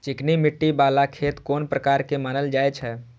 चिकनी मिट्टी बाला खेत कोन प्रकार के मानल जाय छै?